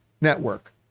network